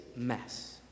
mess